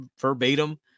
verbatim